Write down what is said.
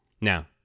now